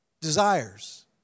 desires